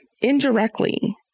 indirectly